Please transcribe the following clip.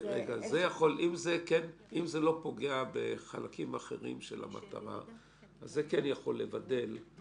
אם זה לא פוגע בחלקים אחרים של המטרה זה יכול לבדל את